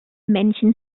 männchen